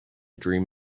dream